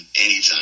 Anytime